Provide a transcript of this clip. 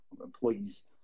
employees